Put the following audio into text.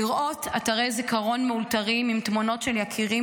לראות אתרי זיכרון מאולתרים עם תמונות של יקירים,